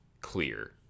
clear